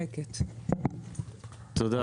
תודה.